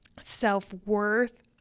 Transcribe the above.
Self-worth